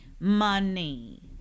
Money